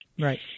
Right